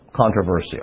controversial